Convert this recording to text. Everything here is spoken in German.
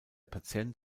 patient